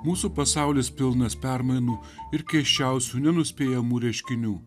mūsų pasaulis pilnas permainų ir keisčiausių nenuspėjamų reiškinių